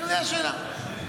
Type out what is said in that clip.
לכן,